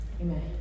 amen